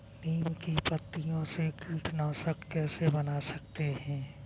नीम की पत्तियों से कीटनाशक कैसे बना सकते हैं?